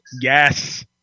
Yes